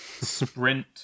Sprint